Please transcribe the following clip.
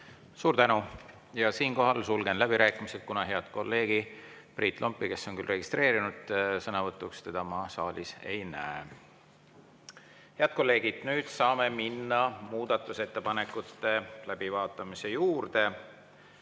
Suur tänu! Sulgen läbirääkimised, kuna ma head kolleegi Priit Lompi, kes on registreerunud sõnavõtuks, saalis ei näe. Head kolleegid, nüüd saame minna muudatusettepanekute läbivaatamise juurde.